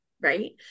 right